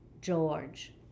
George